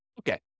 Okay